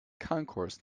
concourse